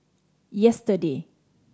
yesterday